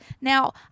now